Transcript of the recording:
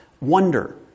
wonder